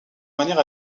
manière